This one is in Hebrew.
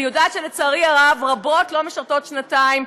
אני יודעת, לצערי הרב, שרבות לא משרתות שנתיים.